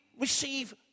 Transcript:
receive